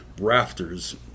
rafters